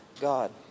God